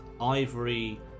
ivory